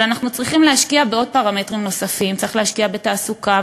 אבל אנחנו צריכים להשקיע בעוד פרמטרים: צריך להשקיע בתעסוקה,